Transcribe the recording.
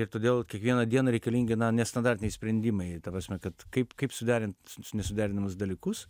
ir todėl kiekvieną dieną reikalingi nestandartiniai sprendimai ta prasme kad kaip kaip suderint nesuderinamus dalykus